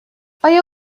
آیا